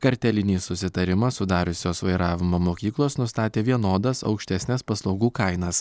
kartelinį susitarimą sudariusios vairavimo mokyklos nustatė vienodas aukštesnes paslaugų kainas